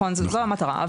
זו המטרה.